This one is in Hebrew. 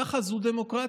ככה זו דמוקרטיה.